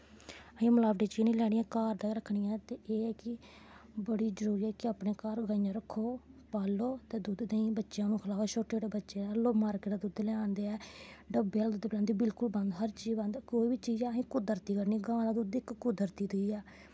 असें मलावटी चीजां निं लैनियां असें घर गै रक्खनियां ते एह् ऐ कि बड़ी जरूरी ऐ कि अपने घर गाइयां रक्खो पालो ते दुद्ध देहीं बच्चें गी खलाओ छोटे छोटे बच्चे लोग मार्किट दा दुद्ध लेआंदे न डब्बै आह्ला दुद्ध बिल्कुल बंद हर इक चीज बंद कोई बी चीज असें कुदरती आह्न्नी गां दा दुद्ध इक कुदरती चीज ऐ